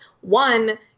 One